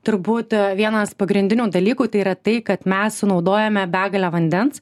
turbūt vienas pagrindinių dalykų tai yra tai kad mes sunaudojame begalę vandens